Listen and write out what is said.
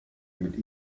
mit